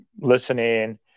listening